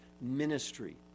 ministry